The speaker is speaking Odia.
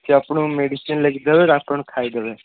ସେ ଆପଣଙ୍କୁ ମେଡ଼ିସିନ୍ ଲେଖିଦେବେ ଆପଣ ଖାଇଦେବେ